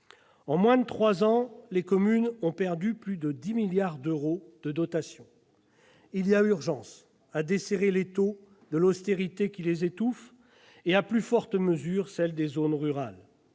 En moins de trois ans, les communes ont perdu plus de 10 milliards d'euros de dotations. Il y a urgence à desserrer l'étau de l'austérité qui les étouffe et, à plus forte mesure, dans les zones rurales.